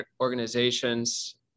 organizations